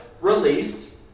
released